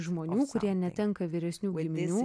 žmonių kurie netenka vyresnių giminių